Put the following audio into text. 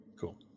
cool